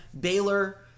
Baylor